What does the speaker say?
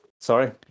Sorry